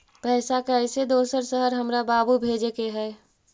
पैसा कैसै दोसर शहर हमरा बाबू भेजे के है?